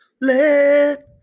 let